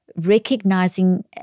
recognizing